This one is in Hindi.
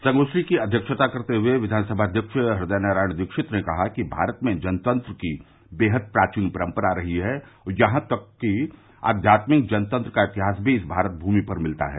संगोष्ठी की अध्यक्षता करते हुए विधानसभा अध्यक्ष हृदय नारायण दीक्षित ने कहा कि भारत में जनतंत्र की बेहद प्राचीन परम्परा रही है और यहां तक आध्यात्मिक जनतंत्र का इतिहास भी इस भारत भूमि पर मिलता है